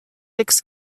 six